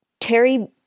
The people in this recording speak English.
Terry